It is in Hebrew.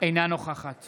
אינה נוכחת